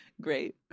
Great